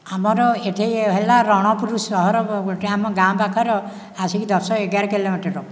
ଆମର ଏଇଠି ହେଲା ରଣପୁର ସହର ଗୋଟେ ଆମ ଗାଁ ପାଖର ଆସିକି ଦଶ ଏଗାର କିଲୋମିଟର ହବ